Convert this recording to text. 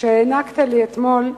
שהענקת לי אתמול.